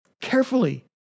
carefully